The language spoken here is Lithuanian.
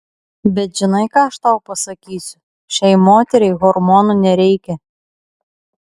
bet žinai ką aš tau pasakysiu šiai moteriai hormonų nereikia